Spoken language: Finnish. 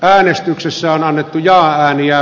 äänestyksessä on etujaan ja